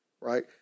right